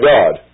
God